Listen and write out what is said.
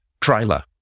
trailer